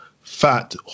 fat